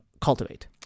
cultivate